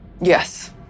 Yes